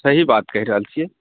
सही बात कहि रहल छियै